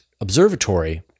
Observatory